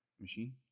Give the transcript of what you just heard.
Machine